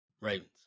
Ravens